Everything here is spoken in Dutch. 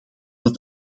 het